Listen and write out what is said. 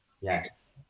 yes